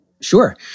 Sure